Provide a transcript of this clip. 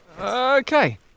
Okay